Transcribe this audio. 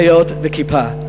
פאות וכיפה.